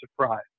surprise